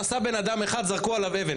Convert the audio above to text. נסע בנאדם אחד זרקו עליו אבן,